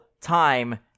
time